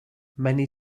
many